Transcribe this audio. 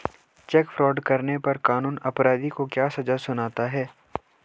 Check fraud करने पर कानून अपराधी को क्या सजा सुनाता है?